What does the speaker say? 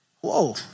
Whoa